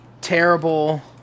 terrible